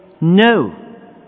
no